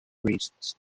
reasons